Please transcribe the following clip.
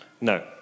No